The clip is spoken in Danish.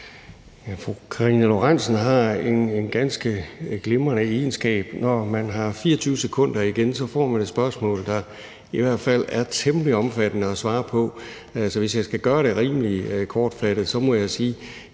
Fru Karina Lorentzen Dehnhardt har en ganske glimrende egenskab – når man har 24 sekunder igen, får man et spørgsmål, der er temmelig omfattende at svare på. Men altså, hvis jeg skal gøre det rimelig kortfattet, må jeg sige,